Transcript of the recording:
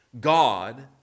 God